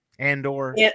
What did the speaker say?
Andor